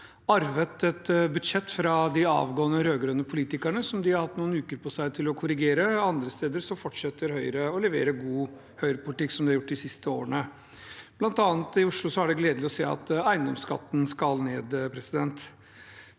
arvet et budsjett fra de avgående rød-grønne politikerne, som de har hatt noen uker på seg til å korrigere. Andre steder fortsetter Høyre å levere god Høyre-politikk, som de har gjort de siste årene. Blant annet i Oslo er det gledelig å se at eiendomsskatten skal ned. Det